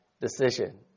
decision